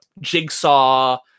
Jigsaw